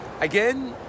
Again